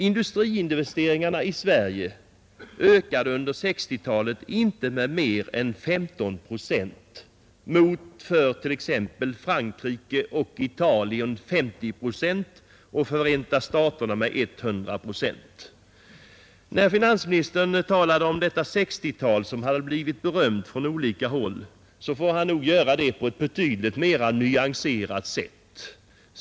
Industriinvesteringarna i Sverige ökade under 1960-talet inte med mer än 15 procent mot för t.ex. Frankrike och Italien 50 procent och Förenta staterna 100 procent. När finansministern talar om 1960-talet, som hade blivit berömt på olika håll, får han nog göra det på ett betydligt mer nyanserat sätt.